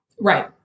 right